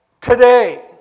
today